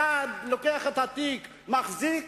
אחד לוקח את התיק ומחזיק,